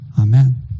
Amen